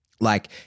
Like-